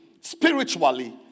spiritually